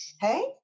Hey